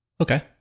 Okay